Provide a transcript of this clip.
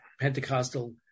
Pentecostal